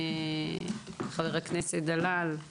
חבר הכנסת דלל,